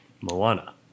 moana